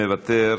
מוותר,